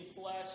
flesh